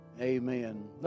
Amen